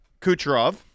Kucherov